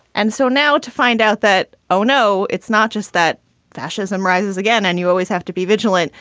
and so now to find out that, oh, no, it's not just that fascism rises again. and you always have to be vigilant.